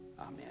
Amen